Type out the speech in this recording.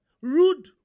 rude